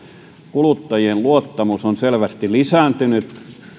kuluttajien luottamus on selvästi lisääntynyt